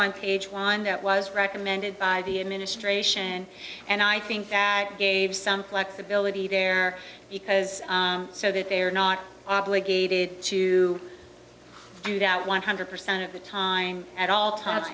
on page one that was recommended by the administration and i think that gave some flexibility there because so that they are not obligated to do doubt one hundred percent of the time at all times